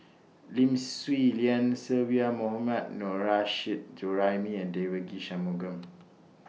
Lim Swee Lian Sylvia Mohammad Nurrasyid Juraimi and Devagi Sanmugam